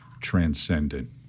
transcendent